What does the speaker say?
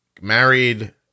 married